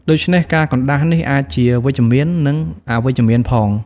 ដូច្នេះ ការកណ្ដាស់នេះអាចជាវិជ្ជមាន និងអវិជ្ជមានផង។